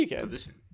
position